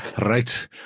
Right